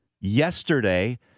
yesterday